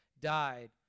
died